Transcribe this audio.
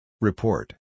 Report